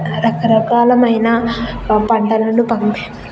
రకరకాలమైన పంటలను పండి